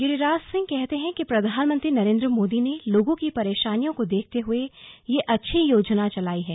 गिरि राज सिंह कहते हैं कि प्रधानमंत्री नरेंद्र मोदी ने लोगों की परेशानियों को देखते हए यह अच्छी योजना चलाई है